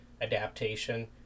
adaptation